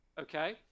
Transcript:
okay